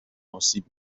آسیب